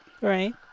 Right